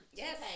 yes